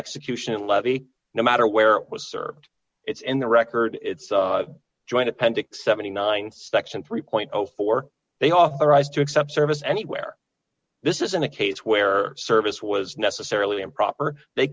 execution levy no matter where it was served it's in the record it's a joint appendix seventy nine section three four they authorized to accept service anywhere this isn't a case where service was necessarily improper they